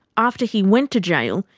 after he went to jail,